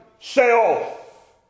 self